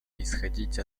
исходить